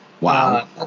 Wow